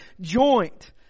joint